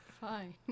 fine